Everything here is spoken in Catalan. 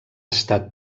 estat